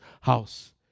house